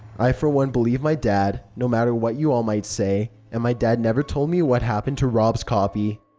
i for one believe my dad, no matter what you all might say. and my dad never told me what happened to rob's copy.